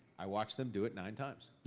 i watched them do it nine times.